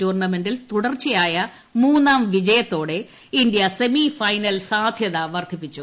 ടൂർണമെന്റിൽ തുടർച്ചയായ മൂന്നാം വിജയത്തോടെ ഇന്ത്യ സെമിഫൈനൽ സാധ്യ വർധിപ്പിച്ചു